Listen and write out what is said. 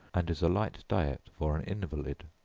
and is a light diet for an invalid.